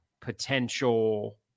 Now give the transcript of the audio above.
potential